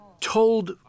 told